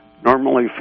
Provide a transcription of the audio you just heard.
Normally